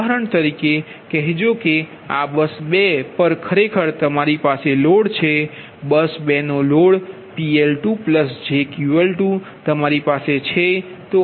ઉદાહરણ તરીકે કહેજો કે આ બસ 2 પર ખરેખર તમારી પાસે લોડ છે બસ 2 નો લોડ PL2jQL2 તમારી પાસે છે